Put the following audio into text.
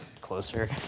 Closer